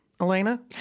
Elena